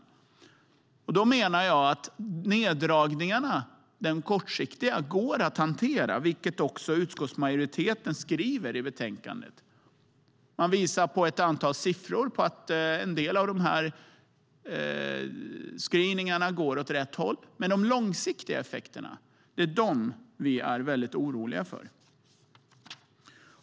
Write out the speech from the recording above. Då menar jag att de kortsiktiga neddragningarna går att hantera, vilket också utskottsmajoriteten skriver i betänkandet. Man visar ett antal siffror på att en del av screeningarna går åt rätt håll. Men det är de långsiktiga effekterna vi är väldigt oroliga för.